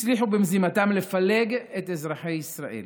הם הצליחו במזימתם לפלג את אזרחי ישראל.